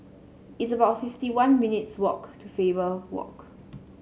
it's about fifty one minutes' walk to Faber Walk